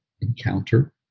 encounter